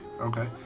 Okay